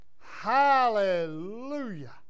Hallelujah